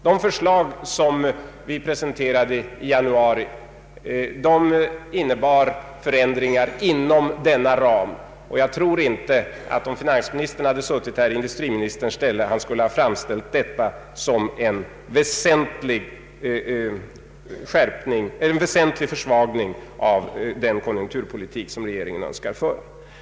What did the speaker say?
De förslag som vi presenterade i januari innebar förändringar inom denna ram. Om finansministern hade suttit här i stället för industriministern tror jag inte att han skulle ha framställt oppositionens förslag som en väsentlig försvagning av den konjunkturpolitik som regeringen öÖönskar föra.